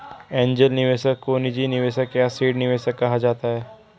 angel निवेशक को निजी निवेशक या सीड निवेशक कहा जाता है